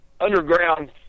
underground